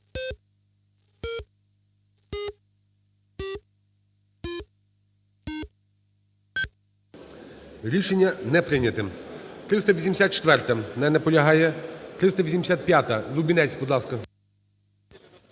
Рішення не прийнято. 384-а. Не наполягає. 385-а. Лубінець, будь ласка.